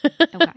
okay